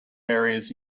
areas